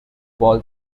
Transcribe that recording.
bowl